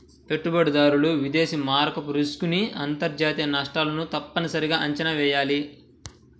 పెట్టుబడిదారులు విదేశీ మారకపు రిస్క్ ని అంతర్జాతీయ నష్టాలను తప్పనిసరిగా అంచనా వెయ్యాలి